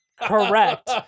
Correct